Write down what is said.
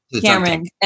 Cameron